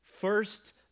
First